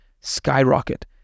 skyrocket